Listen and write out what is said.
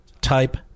type